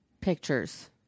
pictures